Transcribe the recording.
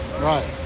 right